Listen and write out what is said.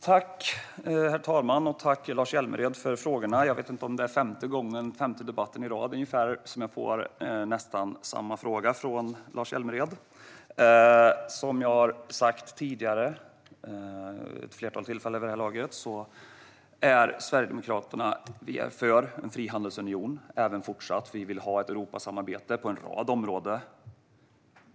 Herr talman! Jag tackar Lars Hjälmered för frågorna; jag tror att det är ungefär den femte debatten i rad som jag får nästan samma fråga från Lars Hjälmered. Som jag har sagt vid ett flertal tillfällen vid det här laget är Sverigedemokraterna för en frihandelsunion även fortsatt. Vi vill ha ett Europasamarbete på en rad områden.